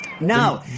no